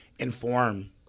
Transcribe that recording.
inform